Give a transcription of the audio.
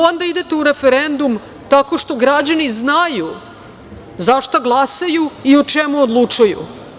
Onda idete u referendum, tako što građani znaju za šta glasaju i o čemu odlučuju.